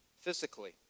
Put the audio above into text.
physically